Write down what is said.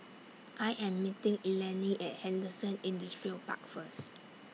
I Am meeting Eleni At Henderson Industrial Park First